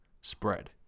spread